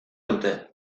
dute